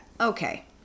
Okay